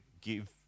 give